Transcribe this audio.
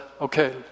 okay